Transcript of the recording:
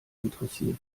interessiert